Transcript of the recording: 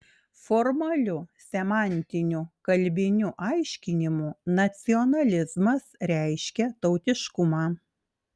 formaliu semantiniu kalbiniu aiškinimu nacionalizmas reiškia tautiškumą